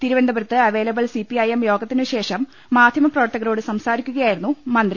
തിരുവനന്തപുരത്ത് available C P I M യോഗത്തിനു ശേഷം മാധ്യമ പ്രവർത്തകരോട് സംസാരിക്കുകയായിരുന്നു മന്ത്രി